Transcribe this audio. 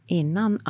innan